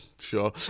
Sure